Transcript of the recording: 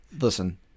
listen